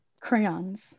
Crayons